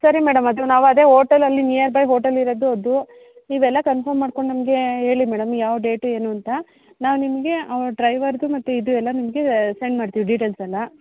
ಸರಿ ಮೇಡಮ್ ಅದು ನಾವು ಅದೇ ಹೋಟೆಲಲ್ಲಿ ನಿಯರ್ ಬೈ ಹೋಟೆಲ್ ಇರೋದು ಅದು ನೀವೆಲ್ಲ ಕನ್ಫರ್ಮ್ ಮಾಡ್ಕೊಂಡು ನಮಗೆ ಹೇಳಿ ಮೇಡಮ್ ಯಾವ ಡೇಟು ಏನು ಅಂತ ನಾ ನಿಮಗೆ ಅವ್ರು ಡ್ರೈವರ್ದು ಮತ್ತೆ ಇದು ಎಲ್ಲ ನಿಮಗೆ ಸೆಂಡ್ ಮಾಡ್ತೀವಿ ಡೀಟೇಲ್ಸ್ ಎಲ್ಲ